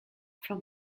from